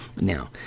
Now